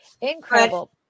Incredible